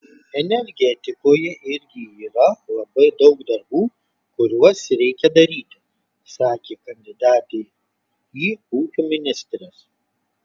energetikoje irgi yra labai daug darbų kuriuos reikia daryti sakė kandidatė į ūkio ministres